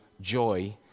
joy